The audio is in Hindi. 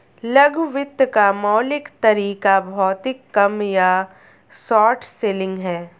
लघु वित्त का मौलिक तरीका भौतिक कम या शॉर्ट सेलिंग है